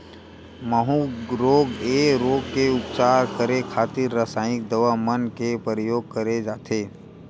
माहूँ रोग ऐ रोग के उपचार करे खातिर रसाइनिक दवा मन के परियोग करे जाथे